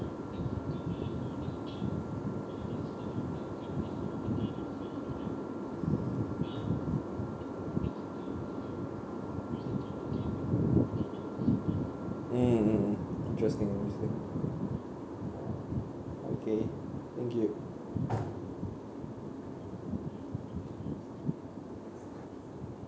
mm mm mm interesting interesting okay thank you